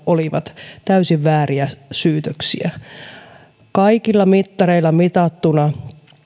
olivat täysin vääriä molemmat kaikilla mittareilla mitattuna